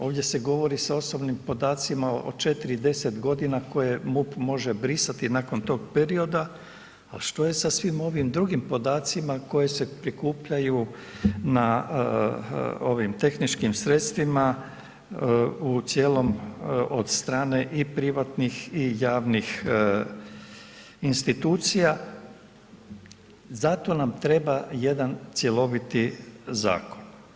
Ovdje se govori sa osobnim podacima od 4 i 10 g. koje MUP može brisati nakon tog perioda, a što je sa svim ovim drugim podacima koje se prikupljaju na ovim tehničkim sredstvima u cijelom, od strane i privatnih i javnih institucija, zato nam treba jedan cjeloviti zakon.